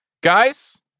Guys